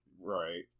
Right